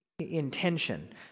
intention